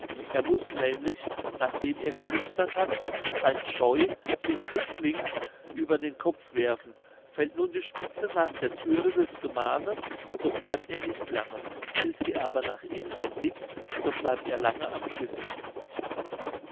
er muß nämlich nachdem er gemunstert hat sein scheu sich rücklings über den kopf werfen fällt nun die spitze nach der thüre des gemaches so bleibt er nicht lange fällt sie aber nach inwendig so bleibt er lange am schiffe